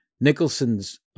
Nicholson's